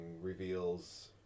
reveals